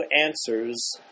answers